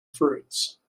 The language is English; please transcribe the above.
fruits